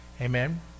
amen